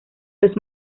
los